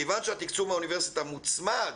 מכיוון שהתקצוב מהאוניברסיטה מוצמד